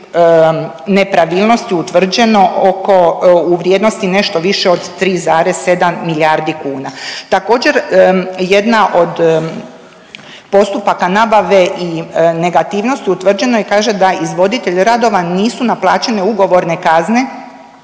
nepravilnosti utvrđeno oko, u vrijednosti nešto više od 3,7 milijardi kuna. Također jedna od postupaka nabave i negativnosti utvrđeno i kaže da izvoditelj radova nisu naplaćene ugovorne kazne,